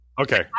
Okay